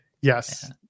yes